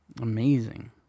Amazing